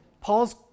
Paul's